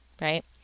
right